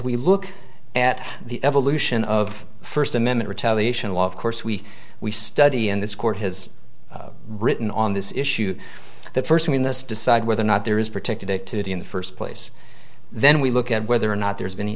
we look at the evolution of first amendment retaliation a lot of course we we study in this court has written on this issue that first i mean this decide whether or not there is protected activity in the first place then we look at whether or not there's been an